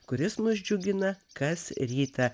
kuris mus džiugina kas rytą